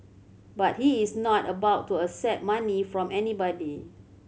but he is not about to accept money from anybody